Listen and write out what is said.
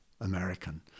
American